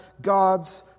God's